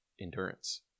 endurance